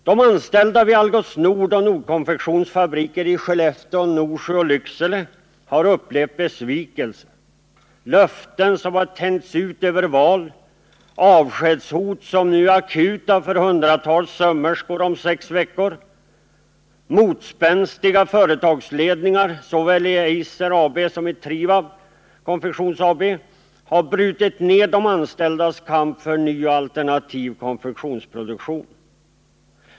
De anställda vid Algots Nord och Nordkonfektions fabriker i Skellefteå, Norsjö och Lycksele har upplevt besvikelser, löften som tänjts ut över valet och avskedshot som nu blir akuta för hundratals sömmerskor om sex veckor. Motspänstiga företagsledningar — såväl i Eiser AB som i Trivab Konfektions AB -— har brutit ned de anställdas kamp för ny och alternativ konfektionsproduktion.